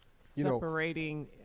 Separating